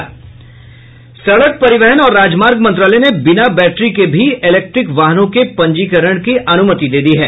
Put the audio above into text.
सड़क परिवहन और राजमार्ग मंत्रालय ने बिना बैट्री के भी इलेक्ट्रिक वाहनों के पंजीकरण की अनुमति दे दी है